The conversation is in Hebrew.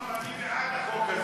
לא, אני בעד החוק הזה.